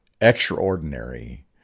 extraordinary